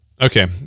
Okay